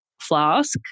flask